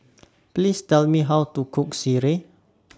Please Tell Me How to Cook Sireh